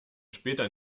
später